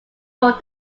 more